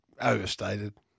Overstated